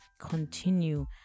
continue